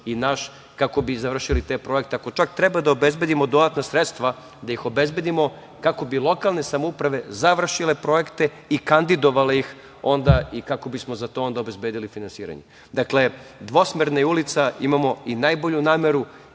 i naš, kako bi završili te projekte. Ako čak treba da obezbedimo dodatna sredstva, da ih obezbedimo kako bi lokalne samouprave završile projekte i kandidovale ih onda i kako bismo onda za to obezbedili finansiranje. Dakle, dvosmerna je ulica. Imamo i najbolju nameru,